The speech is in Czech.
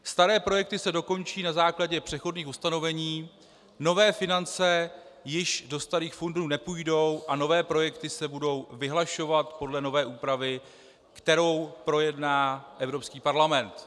Staré projekty se dokončí na základě přechodných ustanovení, nové finance již do starých fondů nepůjdou a nové projekty se budou vyhlašovat podle nové úpravy, kterou projedná Evropský parlament.